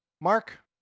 Mark